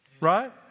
right